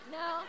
no